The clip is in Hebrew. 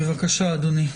בבקשה, אדוני.